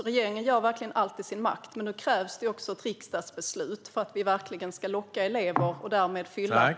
Regeringen gör verkligen allt i sin makt, men nu krävs det också ett riksdagsbeslut för att man ska kunna locka elever och därmed fylla behoven.